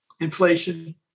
inflation